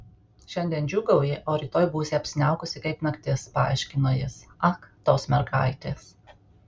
šiandien džiūgauji o rytoj būsi apsiniaukusi kaip naktis paaiškino jis ak tos mergaitės